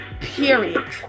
Period